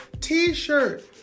t-shirt